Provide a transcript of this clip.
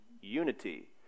unity